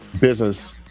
business